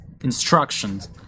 instructions